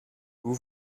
vous